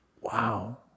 Wow